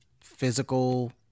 physical